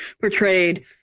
portrayed